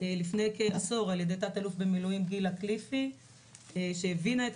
לפני כעשור על ידי תא"ל במיל' גילה כליפי שהבינה את